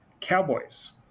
Cowboys